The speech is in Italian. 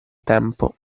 tempo